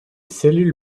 cellules